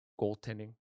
goaltending